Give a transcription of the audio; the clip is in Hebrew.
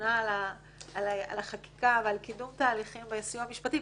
שממונה על החקיקה ועל קידום תהליכים בסיוע המשפטי.